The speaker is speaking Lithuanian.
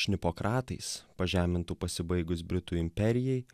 šnipokratais pažemintų pasibaigus britų imperijai